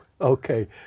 okay